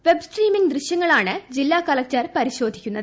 web streaming ദൃശ്യങ്ങളാണ് ജില്ലാ collector പരിശോധി ക്കുന്നത്